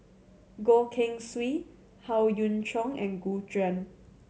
Goh Keng Swee Howe Yoon Chong and Gu Juan